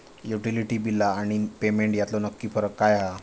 Utility बिला आणि payment यातलो नक्की फरक काय हा?